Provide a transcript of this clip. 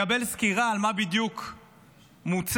לקבל סקירה מה בדיוק מוצע